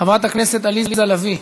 חברת הכנסת עליזה לביא,